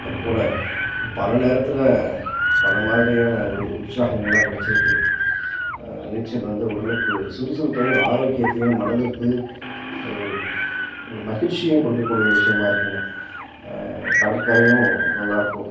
அதுப் போல் பல நேரத்தில் பல மாதிரியான ஒரு உற்சாகங்கள்லாம் கிடச்சிருக்கு நீச்சல் வந்து உடலுக்கு சுறுசுறுப்பையும் ஆரோக்கியத்தையும் மனதிற்கு ஒரு ஒரு மகிழ்ச்சியும் கொடுக்கக்கூடிய விஷயமாக இருக்குதுங்க கடற்கரையும் நல்லாருக்கும்